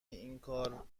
اینکار